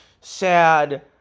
sad